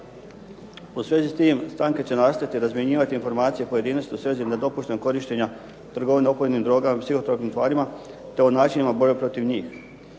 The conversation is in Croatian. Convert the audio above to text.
U svezi s tim stranke će nastojati razmjenjivati informacije pojedinosti u svezi nedopuštenog korištenja trgovine opojnim drogama i …/Govornik se ne razumije./… tvarima te o načinima borbe protiv njih,